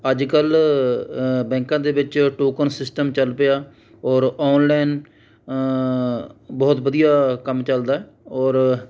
ਅੱਜ ਕੱਲ੍ਹ ਬੈਕਾਂ ਦੇ ਵਿੱਚ ਟੋਕਨ ਸਿਸਟਮ ਚੱਲ ਪਿਆ ਔਰ ਔਨਲਾਈਨ ਬਹੁਤ ਵਧੀਆ ਕੰਮ ਚੱਲਦਾ ਏ ਔਰ